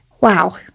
Wow